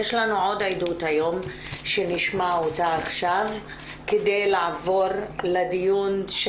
יש לנו עוד עדות שנשמע אותה עכשיו כדי לעבור לדיון,